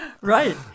Right